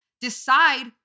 Decide